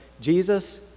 Jesus